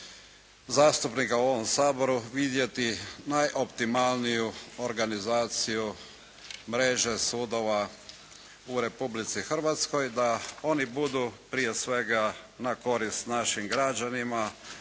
zastupnika u ovom Saboru, vidjeti najopitimalniju organizaciju mreža sudova u Republici Hrvatskoj, da oni budu prije svega na korist našim građanima,